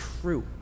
true